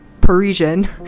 Parisian